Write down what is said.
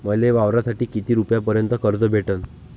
मले वावरासाठी किती रुपयापर्यंत कर्ज भेटन?